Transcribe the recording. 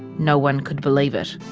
no one could believe it.